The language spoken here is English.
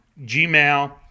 Gmail